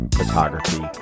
photography